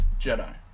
Jedi